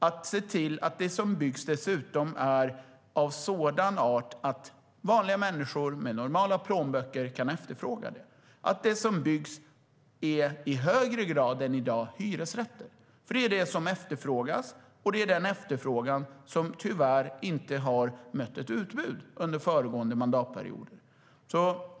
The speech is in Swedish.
Vi ska se till att det som byggs dessutom är av sådan art att vanliga människor med normala plånböcker kan efterfråga det och att det som byggs i högre grad än i dag är hyresrätter. Det är det som efterfrågas, och det är den efterfrågan som tyvärr inte har mött ett utbud under föregående mandatperiod.